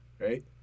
Right